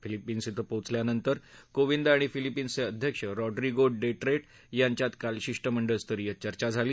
Philippines इथं पोचल्यानंतर कोविंद आणि फिलिपीन्सचे अध्यक्ष रॉड्रिगो डटेटॅ यांच्यात काल शिष्टमंडळ स्तरीय चर्चा झाली